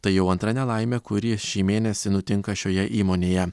tai jau antra nelaimė kuri šį mėnesį nutinka šioje įmonėje